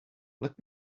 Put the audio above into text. let